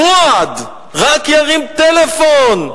פואד, רק ירים טלפון.